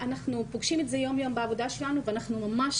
אנחנו פוגשים את זה יום-יום בעבודה שלנו ואנחנו ממש